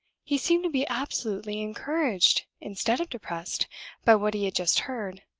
he seemed to be absolutely encouraged instead of depressed by what he had just heard.